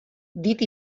dit